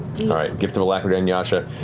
right, gift of alacrity on yasha.